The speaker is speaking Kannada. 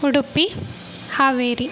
ಉಡುಪಿ ಹಾವೇರಿ